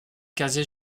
casier